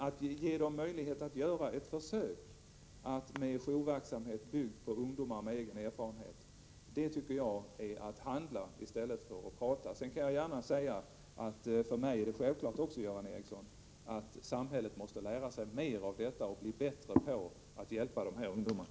Att ge en möjlighet att göra ett försök med jourverksamhet byggd på ungdomar med egen erfarenhet tycker jag är att handla i stället för att prata. Slutligen kan jag gärna säga, Göran Ericsson, att det också för mig är självklart att samhället måste lära sig mer av detta och bli bättre på att hjälpa de här ungdomarna.